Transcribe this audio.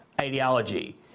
ideology